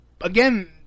again